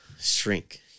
shrink